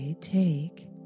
take